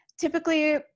typically